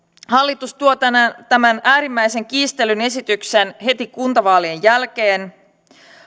hallitus tuo tämän äärimmäisen kiistellyn esityksen heti kuntavaalien jälkeen